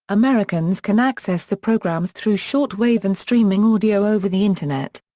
americans can access the programs through shortwave and streaming audio over the internet.